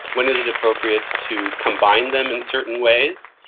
when is it appropriate to combine them in certain ways?